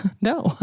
No